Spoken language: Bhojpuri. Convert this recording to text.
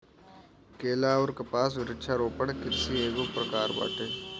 केला अउर कपास वृक्षारोपण कृषि एगो प्रकार बाटे